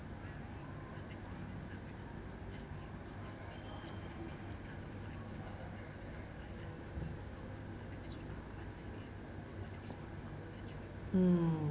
mm